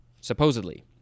supposedly